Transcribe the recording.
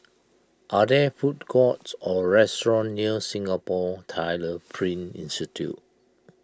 are there food courts or restaurants near Singapore Tyler Print Institute